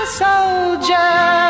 soldier